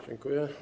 Dziękuję.